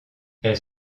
elle